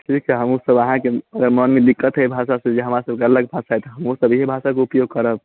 ठीक छै हमहुँ सब अहाँकेँ अगर मनमे दिक्कत हइ एहि भाषा से जे हमरा सबकेँ अलग भाषा छै तऽ हमहुँ सब इहे भाषाके उपयोग करब